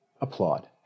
applaud